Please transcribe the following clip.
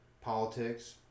politics